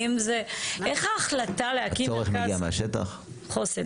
איך ההחלטה להקים מרכז חוסן?